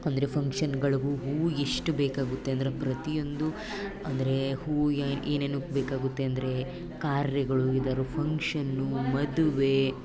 ಅಂದರೆ ಫಂಕ್ಷನ್ನುಗಳು ಹೂವು ಎಷ್ಟು ಬೇಕಾಗುತ್ತೆ ಅಂದರೆ ಪ್ರತಿಯೊಂದು ಅಂದರೆ ಹೂವು ಏನು ಏನೇನಕ್ಕೆ ಬೇಕಾಗುತ್ತೆ ಅಂದರೆ ಕಾರ್ಯಗಳು ಯಾವ್ದಾರು ಫಂಕ್ಷನ್ನು ಮದುವೆ